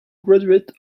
graduate